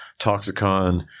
toxicon